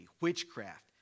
witchcraft